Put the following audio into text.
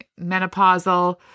menopausal